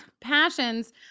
Passions